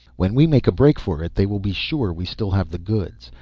when we make a break for it they will be sure we still have the goods.